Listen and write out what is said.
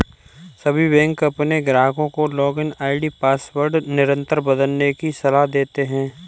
सभी बैंक अपने ग्राहकों को लॉगिन आई.डी पासवर्ड निरंतर बदलने की सलाह देते हैं